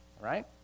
right